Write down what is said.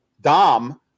Dom